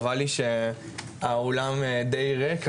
חבל לי שהאולם דיי ריק,